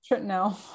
No